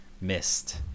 missed